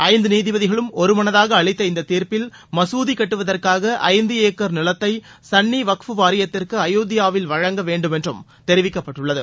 ஐந்து நீதிபதிகளும் ஒருமனதாக அளித்த இந்த தீர்ப்பில் மசூதி கட்டுவதற்காக ஐந்து ஏக்கர் நிலத்தை சன்னி வக்ஃப் வாரியத்திற்கு அயோத்தியாவில் வழங்க வேண்டும் என்றும் தெரிவிக்கப்பட்டுள்ளது